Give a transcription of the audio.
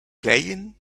playing